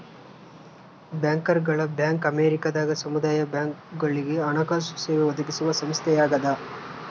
ಬ್ಯಾಂಕರ್ಗಳ ಬ್ಯಾಂಕ್ ಅಮೇರಿಕದಾಗ ಸಮುದಾಯ ಬ್ಯಾಂಕ್ಗಳುಗೆ ಹಣಕಾಸು ಸೇವೆ ಒದಗಿಸುವ ಸಂಸ್ಥೆಯಾಗದ